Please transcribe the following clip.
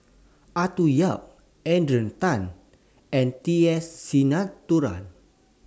Arthur Yap Adrian Tan and T S Sinnathuray